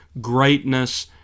greatness